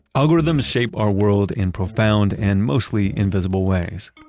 algorithms shape our world in profound and mostly invisible ways.